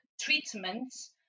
treatments